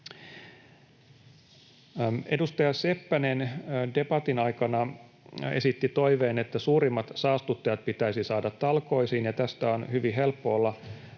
Edustaja Seppänen debatin aikana esitti toiveen, että suurimmat saastuttajat pitäisi saada talkoisiin, ja tästä on hyvin helppo olla samaa mieltä.